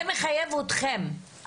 זה מחייב אתכם,